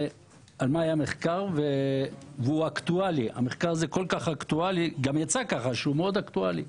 המחקר הזה כך יצא, שהוא מאוד אקטואלי,